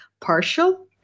partial